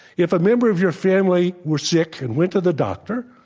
if a member of your family were sick and went to the doctor,